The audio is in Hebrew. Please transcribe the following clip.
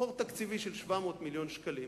חור תקציבי של 700 מיליון שקלים,